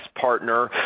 partner